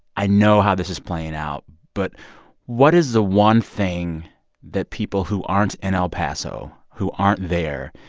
i know how this is playing out. but what is the one thing that people who aren't in el paso, who aren't there,